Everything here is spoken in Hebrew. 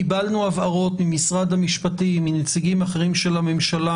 קיבלנו הבהרות ממשרד המשפטים ומנציגים אחרים של הממשלה